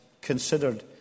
considered